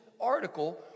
article